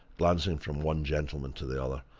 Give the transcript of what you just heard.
glancing from one gentleman to the other,